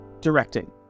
directing